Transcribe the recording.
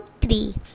three